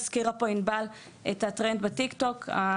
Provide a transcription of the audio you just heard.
הזכירה פה ענבל את הטרנד המצער,